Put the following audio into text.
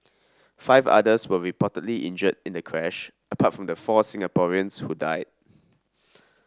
five others were reportedly injured in the crash apart from the four Singaporeans who died